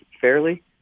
fairly